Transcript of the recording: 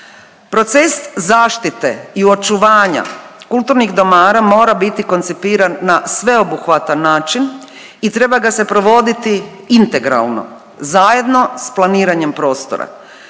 Proces zaštite i očuvanja kulturnih dobara mora biti koncipiran na sveobuhvatan način i treba ga se provoditi integralno zajedno s planiranjem prostora.